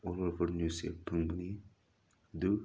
all over ꯅ꯭ꯌꯨꯖꯁꯤ ꯐꯪꯕꯅꯤ ꯑꯗꯨ